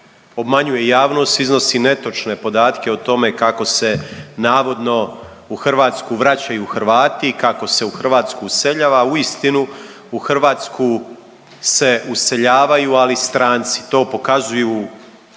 obmanjuje javnost, iznosi netočne podatke o tome kako se navodno u Hrvatsku vraćaju Hrvati, kako se u Hrvatsku useljava. Uistinu u Hrvatsku se useljavaju ali stranci. To pokazuju